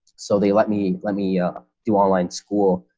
so they let me let me do online school.